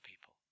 people